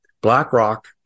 BlackRock